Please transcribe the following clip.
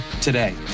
today